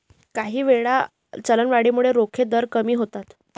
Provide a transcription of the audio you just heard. काहीवेळा, चलनवाढीमुळे रोखे दर कमी होतात